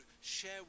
share